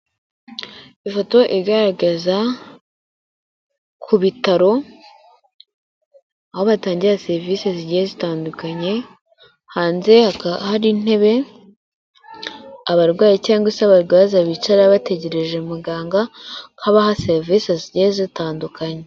Ifoto igaragaza ku bitaro aho batangira serivise zigiye zitandukanye, hanze hakaba hari intebe abarwayi cyangwa se abarwaza bicaraho bategereje muganga ko abaha serivise zigiye zitandukanye.